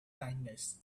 kindness